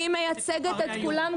אני מייצגת את כולם,